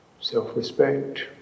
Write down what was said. self-respect